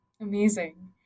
Amazing